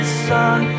sun